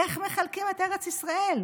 איך מחלקים את ארץ ישראל?